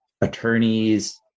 attorneys